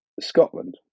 scotland